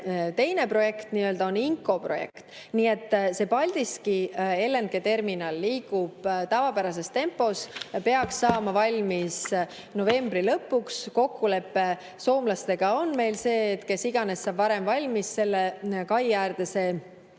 teine projekt, on Inkoo projekt. Nii et see Paldiski LNG-terminal liigub tavapärases tempos ja peaks saama valmis novembri lõpuks. Kokkulepe soomlastega on meil see, et kes iganes saab varem valmis, selle kai äärde